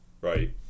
right